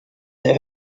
they